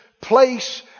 place